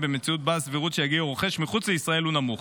במציאות שבה הסבירות שיגיע רוכש מחוץ לישראל הוא נמוך,